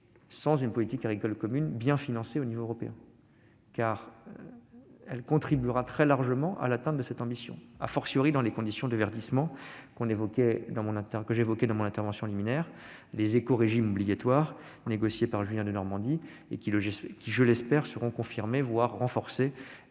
sans une politique agricole commune bien financée au niveau européen. En effet, celle-ci contribuera très largement à l'accomplissement de cette ambition, dans les conditions de verdissement que j'évoquais dans mon intervention liminaire, à savoir les « écorégimes » obligatoires négociés par Julien Denormandie, qui, je l'espère, seront confirmés, voire renforcés